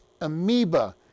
amoeba